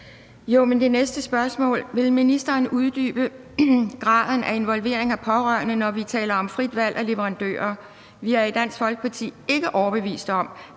Mit næste spørgsmål lyder: Vil ministeren uddybe graden af involvering af pårørende, når vi taler om frit valg af leverandører? Vi er i Dansk Folkeparti ikke overbevist om,